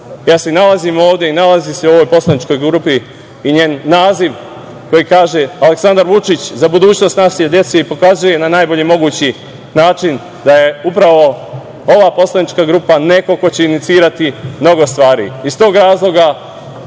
upravo nalazim ovde i nalazim se u ovoj poslaničkoj grupi, jer njen naziv kaže „Aleksandar Vučić – Za budućnost naše dece“ i pokazuje na najbolji mogući način da je upravo ova poslanička grupa neko ko će inicirati mnogo stvari. Iz tog razloga,